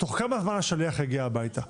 תוך כמה זמן השליח יגיע הביתה,